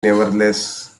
nevertheless